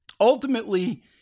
Ultimately